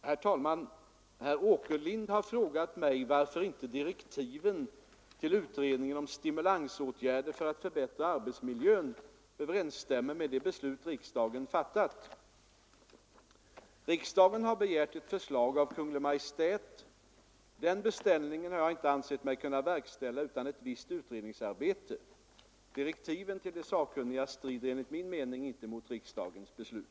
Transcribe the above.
Herr talman! Herr Åkerlind har frågat mig varför inte direktiven till utredningen om stimulansåtgärder för att förbättra arbetsmiljön överensstämmer med det beslut riksdagen fattat. Riksdagen har begärt ett förslag av Kungl. Maj:t. Den beställningen har jag inte ansett mig kunna verkställa utan ett visst utredningsarbete. Direktiven till de sakkunniga strider enligt min mening inte mot riksdagens beslut.